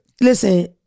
Listen